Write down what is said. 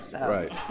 Right